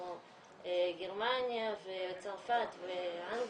כמו גרמניה וצרפת ואנגליה,